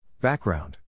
Background